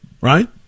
Right